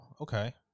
okay